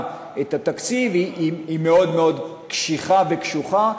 את התקציב היא מאוד מאוד קשיחה וקשוחה,